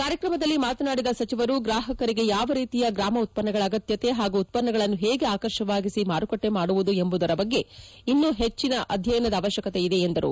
ಕಾರ್ಯಕ್ರಮದಲ್ಲಿ ಮಾತನಾಡಿದ ಸಚಿವರು ಗ್ರಾಪಕರಿಗೆ ಯಾವ ರೀತಿಯ ಗ್ರಾಮ ಉತ್ಪನ್ನಗಳ ಅಗತ್ಯತೆ ಹಾಗೂ ಉತ್ತನ್ನಗಳನ್ನು ಹೇಗೆ ಆಕರ್ಷವಾಗಿಸಿ ಮಾರುಕಟ್ಟೆ ಮಾಡುವುದು ಎಂಬುದರ ಬಗ್ಗೆ ಇನ್ನು ಹೆಚ್ವಿನ ಅಧ್ಯಯನದ ಅವಶ್ವಕತೆ ಇದೆ ಎಂದರು